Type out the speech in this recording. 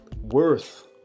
worth